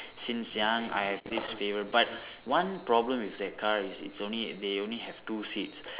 since young I have this favour but one problem with that car is it's only they only have two seats